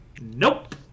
Nope